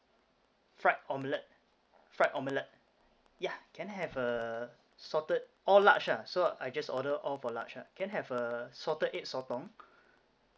fried omelet fried omelet yeah can I have a salted all large ah so I just order all for large ah can I have a salted egg sotong